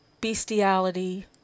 bestiality